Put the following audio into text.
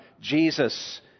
Jesus